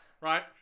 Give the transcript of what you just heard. Right